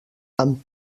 amb